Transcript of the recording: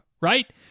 right